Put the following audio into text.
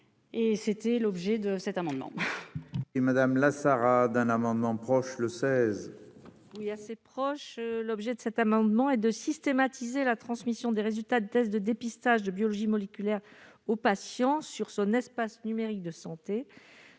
et c'était l'objet de cet amendement. Et Madame la Sarah d'un amendement proche le 16. Oui, à ses proches, l'objet de cet amendement et de systématiser la transmission des résultats de tests de dépistage de biologie moléculaire aux patients sur son espace numérique de santé